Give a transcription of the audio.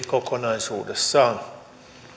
kokonaisuudessaan